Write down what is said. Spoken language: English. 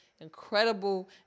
incredible